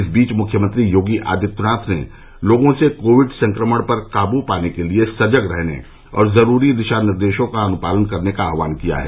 इस बीच मुख्यमंत्री योगी आदित्यनाथ ने लोगों से कोविड संक्रमण पर काबू पाने के लिए सजग रहने और जरूरी दिशा निर्देशों का अनुपालन करने का आह्वान किया है